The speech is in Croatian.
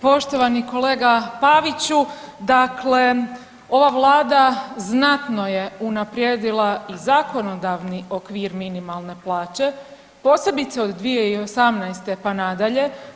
Poštovani kolega Paviću dakle ova Vlada znatno je unaprijedila i zakonodavni okvir minimalne plaće posebice od 2018. pa nadalje.